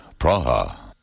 Praha